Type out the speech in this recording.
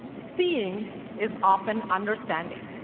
seeing is often understanding.